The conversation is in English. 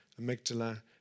Amygdala